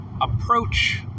approach